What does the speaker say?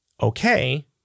okay